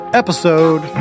episode